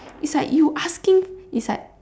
is like you asking is like